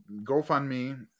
GoFundMe